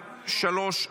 3,